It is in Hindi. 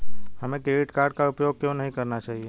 हमें क्रेडिट कार्ड का उपयोग क्यों नहीं करना चाहिए?